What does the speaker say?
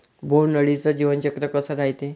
बोंड अळीचं जीवनचक्र कस रायते?